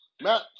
Matt